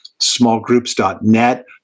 smallgroups.net